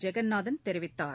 ஜெகந்நாதன் தெரிவித்தார்